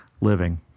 living